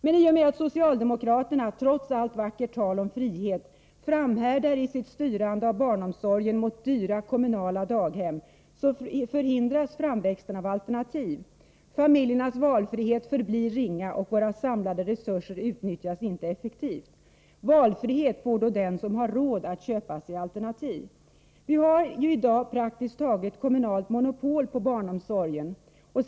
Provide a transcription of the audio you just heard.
Men i och med att socialdemokraterna — trots allt vackert tal om frihet — framhärdar i sitt styrande av barnomsorgen mot dyra kommunala daghem förhindras framväxten av alternativ, familjernas valfrihet förblir ringa och våra samlade resurser utnyttjas inte effektivt. Valfrihet får då den som har råd att köpa sig alternativ. Vi har ju i dag praktiskt taget kommunalt monopol på barnomsorgen.